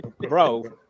Bro